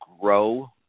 grow